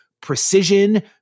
precision